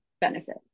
benefit